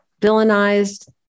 villainized